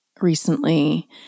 recently